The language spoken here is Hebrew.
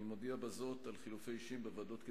אני מודיע בזאת על חילופי אישים בוועדות,